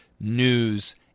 news